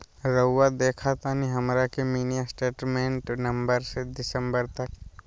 रहुआ देखतानी हमरा के मिनी स्टेटमेंट नवंबर से दिसंबर तक?